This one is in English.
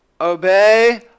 Obey